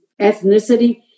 ethnicity